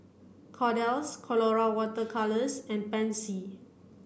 Kordel's Colora water colours and Pansy